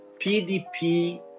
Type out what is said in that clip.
PDP